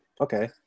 okay